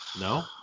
No